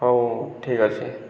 ହେଉ ଠିକ୍ଅଛି